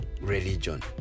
religion